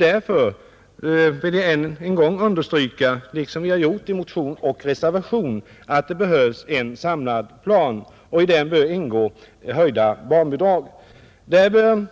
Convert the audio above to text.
Därför vill jag än en gång understryka, såsom vi gjort i motion och reservation, att det behövs en samlad plan, där höjda barnbidrag bör ingå.